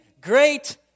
great